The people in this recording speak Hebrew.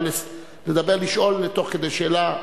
אבל לשאול תוך כדי תשובה.